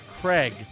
Craig